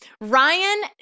Ryan